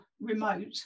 remote